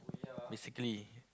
basically